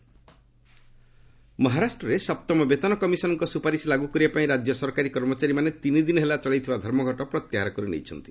ମହା ମହାରାଷ୍ଟ୍ରରେ ସପ୍ତମ ବେତନ କମିଶନ୍ଙ୍କ ସୁପାରିଶ ଲାଗୁ କରିବା ପାଇଁ ରାଜ୍ୟ ସରକାରୀ କର୍ମଚାରୀମାନେ ତିନିଦିନ ହେଲା ଚଳାଇଥିବା ଧର୍ମଘଟ ପ୍ରତ୍ୟାହାର କରି ନେଇଛନ୍ତି